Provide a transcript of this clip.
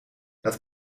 dat